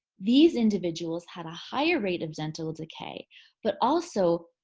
these individuals had a higher rate of dental decay but also